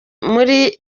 muri